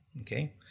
Okay